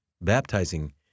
baptizing